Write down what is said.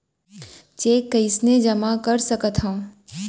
Cheque कईसने जेमा कर सकथो?